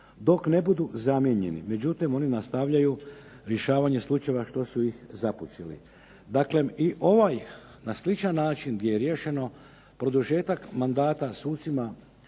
dok ne budu zamijenjeni", međutim, oni nastavljaju završavanje slučajeva što su ih započeli. Prema tome, dakle i ovaj na sličan način je riješeno produžetak mandata sucima